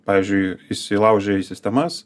pavyzdžiui įsilaužia į sistemas